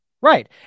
Right